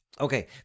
Okay